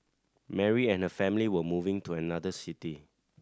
Mary and her family were moving to another city